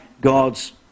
God's